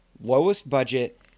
lowest-budget